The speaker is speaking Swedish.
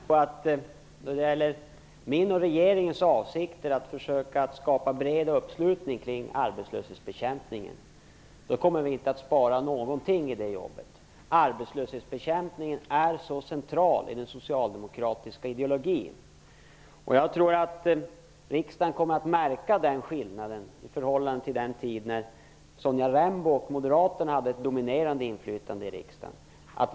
Herr talman! Jag vill säga till Sonja Rembo att när det gäller min och regeringens avsikter att försöka skapa bred uppslutning kring arbetslöshetsbekämpningen kommer vi inte att spara på någonting i det jobbet. Arbetslöshetsbekämpningen är så central i den socialdemokratiska ideologin. Jag tror att riksdagen kommer att märka skillnaden i förhållande till den tid när Sonja Rembo och Moderaterna hade ett dominerande inflytande i riksdagen.